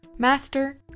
Master